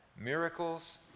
miracles